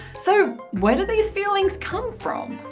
so where do these feelings come from?